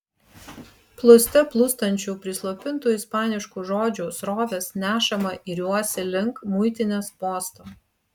plūste plūstančių prislopintų ispaniškų žodžių srovės nešama iriuosi link muitinės posto